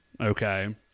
okay